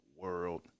world